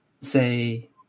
say